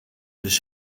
dus